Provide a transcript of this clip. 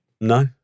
No